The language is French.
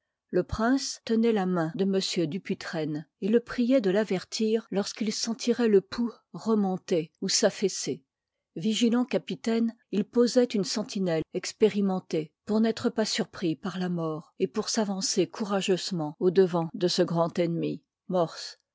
le prince tenoit la main de m dupuytren et le priûit de l'avertir lorsqu'il sentiroit le pouls remonter ou s'affaisser vigilant capitaine il posoit une sentinelle expérimentée pour n'être pas surpris par la mort et pour s'avancer courageusement au devant de ce grand ennemi